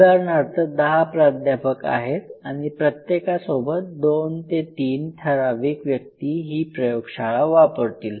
उदाहरणार्थ दहा प्राध्यापक आहेत आणि प्रत्येकासोबत २ ३ ठराविक व्यक्ती ही प्रयोगशाळा वापरतील